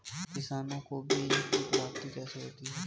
किसानों को बीज की प्राप्ति कैसे होती है?